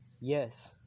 yes